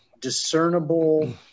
discernible